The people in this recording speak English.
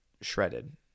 shredded